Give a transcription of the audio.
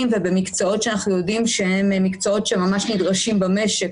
ובמקצועות שאנחנו יודעים שהם מקצועות שממש נדרשים במשק,